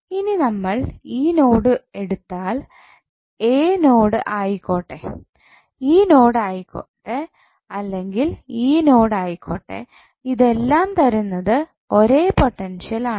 ഇനി നമ്മൾ ഈ നോഡ് എടുത്താൽ a നോഡ് ആയിക്കോട്ടെ ഈ നോഡ് ആയിക്കോട്ടെ അല്ലെങ്കിൽ ഈ നോഡ് ആയിക്കോട്ടെ ഇതെല്ലാം തരുന്നത് ഒരേ പൊട്ടൻഷ്യൽ ആണ്